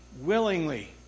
willingly